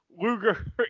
Luger